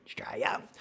Australia